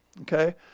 okay